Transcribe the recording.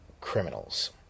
criminals